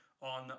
on